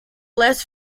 less